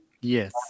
Yes